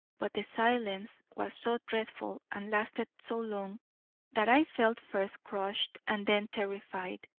but the silence was so dreadful and lasted so long that i felt first crushed and then terrified.